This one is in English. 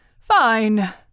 Fine